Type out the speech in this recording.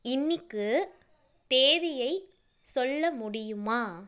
இன்னைக்கு தேதியை சொல்ல முடியுமா